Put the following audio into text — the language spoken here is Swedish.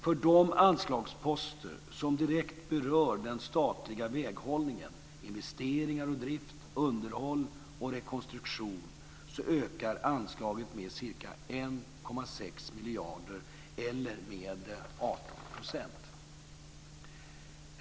För de anslagsposter som direkt berör den statliga väghållningen, investeringar och drift, underhåll och rekonstruktion, ökar anslaget med ca 1,6 miljarder, eller med 18 %.